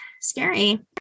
scary